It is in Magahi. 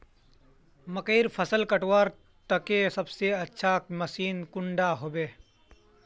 मकईर फसल कटवार केते सबसे अच्छा मशीन कुंडा होबे?